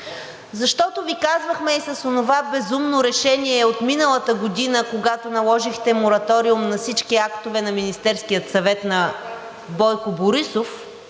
Защото Ви казвахме и с онова безумно решение от миналата година, когато наложихте мораториум на всички актове на Министерския съвет на Бойко Борисов,